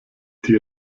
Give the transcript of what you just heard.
die